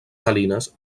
salines